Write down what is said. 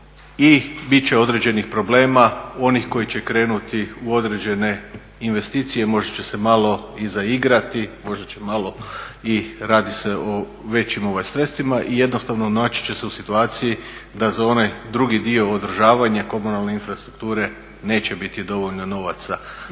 i bit će određenih problema onih koji će krenuti u određene investicije možda će se malo i zaigrati, možda će malo, i radi se o većim sredstvima. I jednostavno naći će se u situaciji da za onaj drugi dio održavanja komunalne infrastrukture neće biti dovoljno novaca,